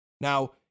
Now